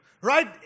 right